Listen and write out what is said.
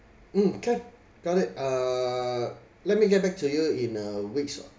mm can got it uh let me get back to you in a week's